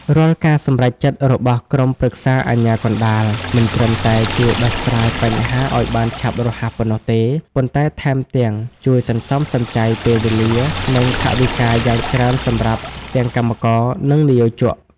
រាល់ការសម្រេចចិត្តរបស់ក្រុមប្រឹក្សាអាជ្ញាកណ្តាល មិនត្រឹមតែជួយដោះស្រាយបញ្ហាឱ្យបានឆាប់រហ័សប៉ុណ្ណោះទេ ប៉ុន្តែថែមទាំងជួយសន្សំសំចៃពេលវេលា និងថវិកាយ៉ាងច្រើនសម្រាប់ទាំងកម្មករ និងនិយោជក។